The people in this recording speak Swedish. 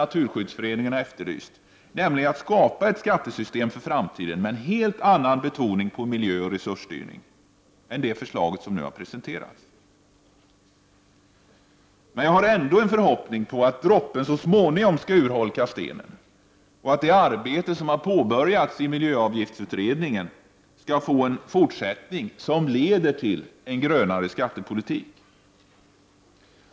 Naturskyddsföreningen har efterlyst, nämligen att skapa ett skattesystem för framtiden med en helt annan betoning på miljöoch resursstyrning än vad som finns i det förslag som nu har presenterats. Jag har ändå en förhoppning om att droppen så småningom skall urholka stenen och att det arbete som har påbörjats i miljöavgiftsutredningen skall få en fortsättning som leder till en grönare skattepolitik.